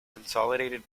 consolidated